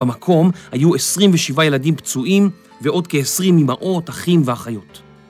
במקום היו 27 ילדים פצועים ועוד כ-20 אמהות, אחים ואחיות.